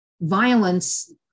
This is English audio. violence